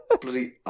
bloody